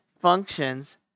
functions